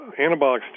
Anabolic